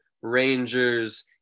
Rangers